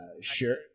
sure